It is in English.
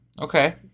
Okay